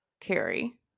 carry